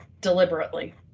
deliberately